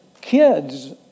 kids